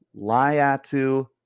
Liatu